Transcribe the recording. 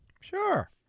Sure